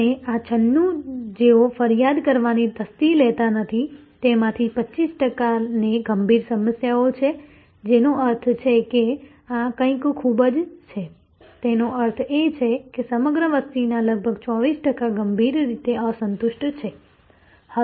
અને આ 96 જેઓ ફરિયાદ કરવાની તસ્દી લેતા નથી તેમાંથી 25 ટકાને ગંભીર સમસ્યાઓ છે જેનો અર્થ છે કે આ કંઈક ખૂબ જ છે તેનો અર્થ એ છે કે સમગ્ર વસ્તીના લગભગ 24 ટકા ગંભીર રીતે અસંતુષ્ટ છે